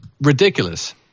ridiculous